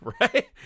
right